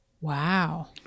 Wow